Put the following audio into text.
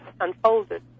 unfolded